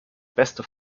beste